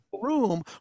room